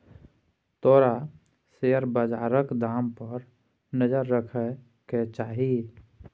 तोरा शेयर बजारक दाम पर नजर राखय केँ चाही